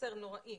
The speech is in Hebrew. מסר נוראי